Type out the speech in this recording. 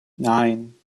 nine